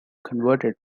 converted